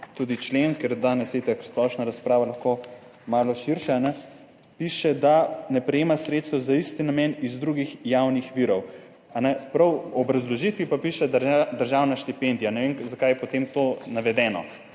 tudi člen, ker je danes itak splošna razprava, lahko malo širše, in sicer piše, da ne prejema sredstev za isti namen iz drugih javnih virov, prav v obrazložitvi pa piše državna štipendija. Ne vem, zakaj je potem to navedeno.